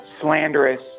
slanderous